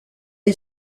est